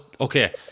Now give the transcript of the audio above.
okay